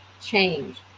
change